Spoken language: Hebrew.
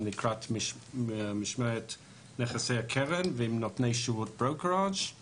לקראת משמרת נכסי הקרן ועם נותני שירות ברוקראז';